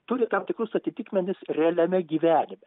turi tam tikrus atitikmenis realiame gyvenime